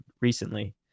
recently